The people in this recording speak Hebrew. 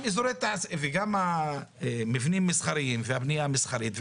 וגם המבנים המסחריים והבניה המסחרית והעסקים,